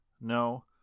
No